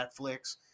Netflix